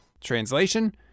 translation